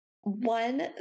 One